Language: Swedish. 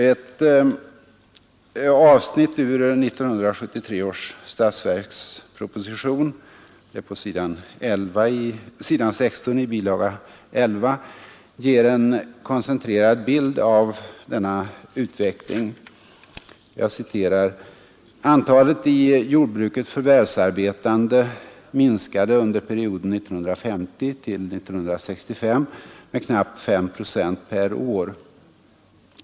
Ett avsnitt ur 1973 års statsverksproposition — s. 16 i bil. 11 — ger en koncentrerad bild av denna utveckling. ”Antalet i jordbruket förvärvsarbetande minskade under perioden 1950—1965 med knappt 5 Z per år.